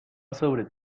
sobre